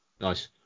Nice